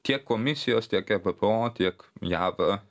tiek komisijos tiek ebpo tiek jav